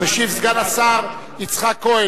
המשיב סגן השר יצחק כהן.